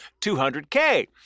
200K